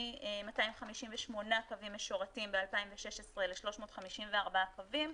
מ-258 קווים משורתים ב-2016 ל-354 קווים,